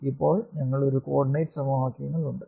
ഇപ്പോൾ ഞങ്ങൾക്ക് ഒരു കോർഡിനേറ്റ് സമവാക്യങ്ങളുണ്ട്